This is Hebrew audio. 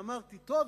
ואמרתי: טוב,